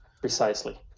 Precisely